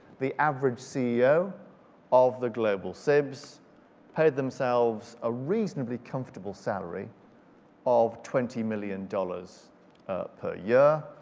the average ceo of the global sibs paid themselves a reasonably comfortable salary of twenty million dollars per year,